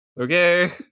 Okay